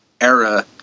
era